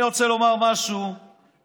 אני רוצה להגיד משהו לגבי